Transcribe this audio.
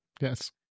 yes